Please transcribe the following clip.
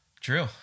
True